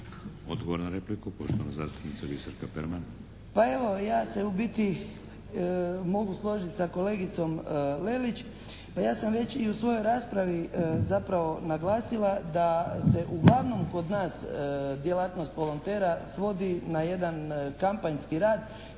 Odgovor na repliku poštovana zastupnica Biserka Perman. **Perman, Biserka (SDP)** Pa evo ja se u biti mogu složiti s kolegicom Lelić. Pa ja sam već i u svojoj raspravi zapravo naglasila da se uglavnom kod nas djelatnost volontera svodi na jedan kampanjski rad